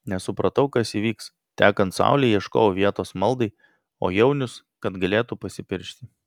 nesupratau kas įvyks tekant saulei ieškojau vietos maldai o jaunius kad galėtų pasipiršti